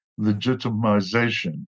legitimization